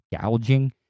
gouging